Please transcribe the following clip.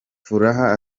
furaha